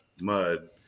mud